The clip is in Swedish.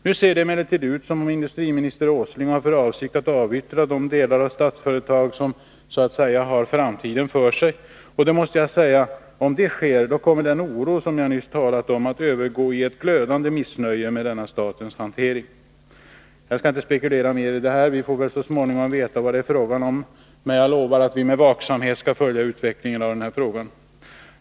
Nu ser det emellertid ut som om industriminister Åsling har för avsikt att avyttra de delar av Statsföretag som så att säga har framtiden för sig, och jag måste säga att om detta sker kommer den oro jag talar om att övergå i ett glödande missnöje med denna statens hantering. Jag skall inte spekulera mer i detta. Vi får väl så småningom veta vad det är fråga om. Men jag lovar att vi med vaksamhet skall följa utvecklingen av de här frågorna.